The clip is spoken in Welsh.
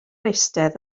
eistedd